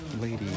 lady